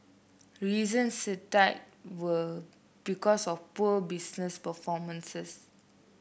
reasons were because of poor business performances